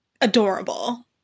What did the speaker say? adorable